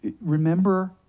Remember